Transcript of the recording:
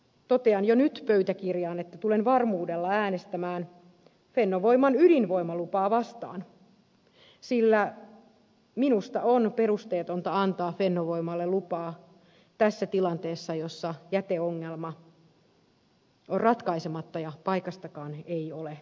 totean jo nyt pöytäkirjaan että tulen varmuudella äänestämään fennovoiman ydinvoimalupaa vastaan sillä minusta on perusteetonta antaa fennovoimalle lupaa tässä tilanteessa jossa jäteongelma on ratkaisematta ja paikastakaan ei ole varmuutta